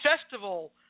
Festival